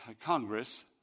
Congress